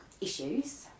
issues